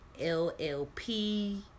LLP